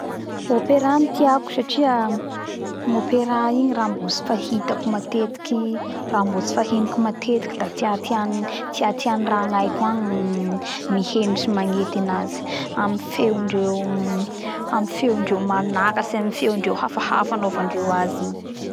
Opera tiako satria opera io raha mno tsy fahitako matetiky raha mbo tsy fahenoko matetiky da tiatiany tiatiany raha agnaiko agny miheno sy magnety anazy amy feo ndreo uhm amy feo ndreo manakatsy amy feo ndreo hafahafa anaovandreo anazy igny